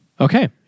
Okay